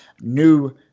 New